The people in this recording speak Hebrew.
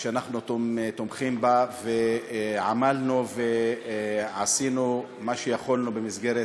שאנחנו תומכים בה ועמלנו ועשינו מה שיכולנו במסגרת